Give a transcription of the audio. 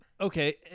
okay